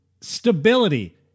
stability